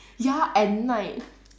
ya at night